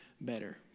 better